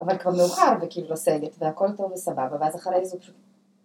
‫אבל כבר מאוחר, וכאילו לסגת, ‫והכול טוב וסבבה, ‫ואז אחרי זה הוא פשוט...